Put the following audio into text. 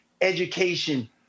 education